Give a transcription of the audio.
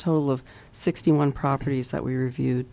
total of sixty one properties that we're viewed